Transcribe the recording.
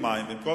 כנסת נכבדה,